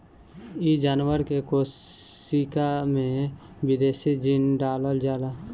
इ जानवर के कोशिका में विदेशी जीन डालल जाला